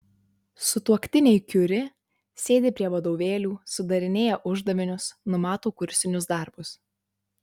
sutuoktiniai kiuri sėdi prie vadovėlių sudarinėja uždavinius numato kursinius darbus